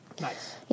Nice